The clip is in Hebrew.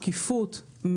שקיפות,